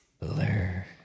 Blur